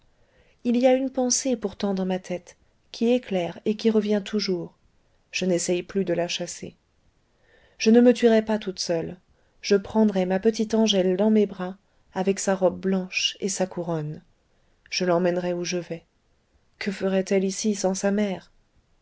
il y a une pensée pourtant dans ma tête qui est claire et qui revient toujours je n'essaye plus de la chasser je ne me tuerai pas toute seule je prendrai ma petite angèle dans mes bras avec sa robe blanche et sa couronne je l'emmènerai où je vais que ferait-elle ici sans sa mère